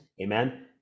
amen